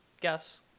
Guess